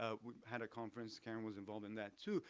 ah had a conference, karen was involved in that too,